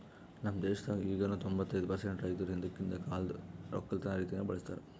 ನಮ್ ದೇಶದಾಗ್ ಈಗನು ತೊಂಬತ್ತೈದು ಪರ್ಸೆಂಟ್ ರೈತುರ್ ಹಿಂದಕಿಂದ್ ಕಾಲ್ದು ಒಕ್ಕಲತನ ರೀತಿನೆ ಬಳ್ಸತಾರ್